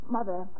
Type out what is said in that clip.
Mother